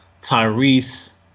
Tyrese